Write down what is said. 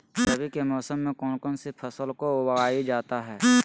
रवि के मौसम में कौन कौन सी फसल को उगाई जाता है?